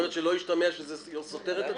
שלא ישתמע שזה סותר את עצמו פה.